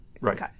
right